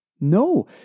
No